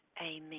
amen